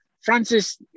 Francis